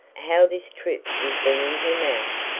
how this trip is bringing him out.